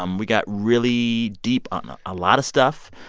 um we got really deep on a lot of stuff.